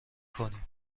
کنیم